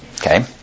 Okay